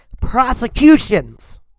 prosecutions